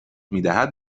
میدهد